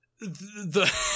the-